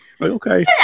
Okay